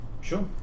Sure